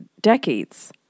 decades